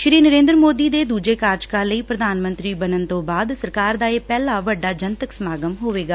ਸ਼ੀ ਨਵੇਂਦਰ ਮੋਦੀ ਦੇ ਦੁਜੇ ਕਾਰਜਕਾਲ ਲਈ ਪ੍ਰਧਾਨਮੰਤਰੀ ਬਣਨ ਤੋਂ ਬਾਅਦ ਸਰਕਾਰ ਦਾ ਇਹ ਪਹਿਲਾ ਵੱਡਾ ਜਨਤਕ ਸਮਾਗਮ ਹੋਵੇਗਾ